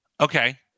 okay